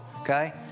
okay